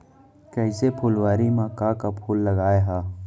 कइसे फुलवारी म का का फूल लगाय हा?